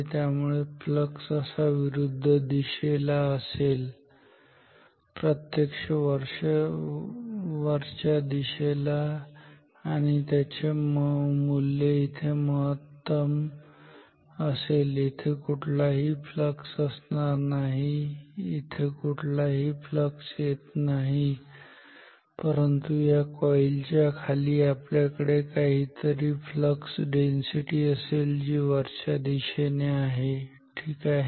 त्यामुळे फ्लक्स असा विरुद्ध दिशेला असेल प्रत्यक्ष वरच्या दिशेला आणि त्याचे मूल्य इथे महत्तम असेल येथे कुठलाही फ्लक्स नाही इथे कुठलाही फ्लक्स येत नाही परंतु या कॉईल च्या खाली आपल्याकडे काहीतरी फ्लक्स डेन्सिटी असेल जी वरच्या दिशेने आहे ठीक आहे